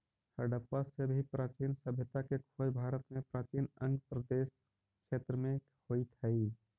हडप्पा से भी प्राचीन सभ्यता के खोज भारत में प्राचीन अंग प्रदेश क्षेत्र में होइत हई